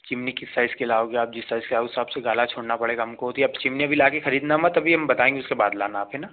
chimney किस size की लाओगे आप जिस साइज़ से आए उस हिसाब से गाला छोड़ना पड़ेगा हमको तो ये आप चिमनी अभी ला कर खरीदना मत अभी हम बताएंगे उसके बाद लाना आप है ना